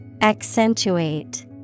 Accentuate